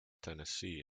tennessee